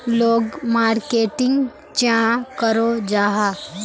लोग मार्केटिंग चाँ करो जाहा?